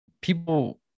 people